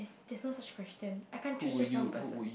there's no such question I can't just choose one person